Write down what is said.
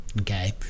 okay